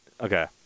Okay